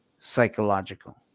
psychological